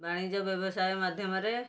ବାଣିଜ୍ୟ ବ୍ୟବସାୟ ମାଧ୍ୟମରେ